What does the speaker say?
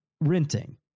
renting